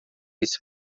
esse